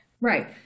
Right